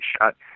shot